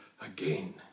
again